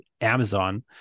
Amazon